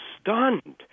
stunned